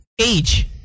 Age